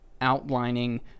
Outlining